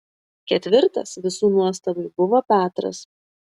ketvirtas visų nuostabai buvo petras